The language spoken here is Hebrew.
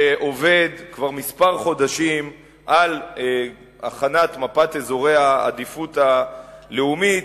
שעובד כבר כמה חודשים על הכנת מפת אזורי העדיפות הלאומית,